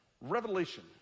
revelation